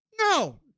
No